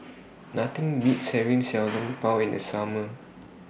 Nothing Beats having Xiao Long Bao in The Summer